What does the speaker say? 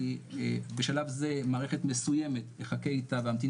בשלב זה מערכת מסוימת אחכה איתה ואמתין